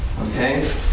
okay